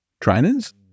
trainers